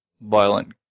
violent